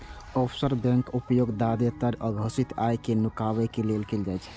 offshore बैंकक उपयोग जादेतर अघोषित आय कें नुकाबै लेल कैल जाइ छै